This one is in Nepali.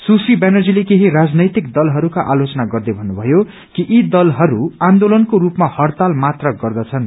सुश्री व्यानर्जीले केझी राजनैतिक दलहरूका आलोचना गर्दै थत्रुथयो कि यी दलहरू आन्दोलनको सूपमा हड़ताल मात्र गर्रछन्